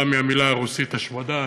בא מהמילה השמדה,